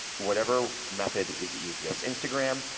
whatever method is easiest. instagram